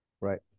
Right